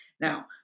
Now